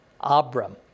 Abram